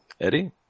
Eddie